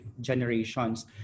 generations